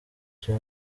jay